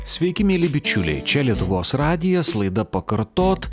sveiki mieli bičiuliai čia lietuvos radijas laida pakartot